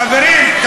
חברים,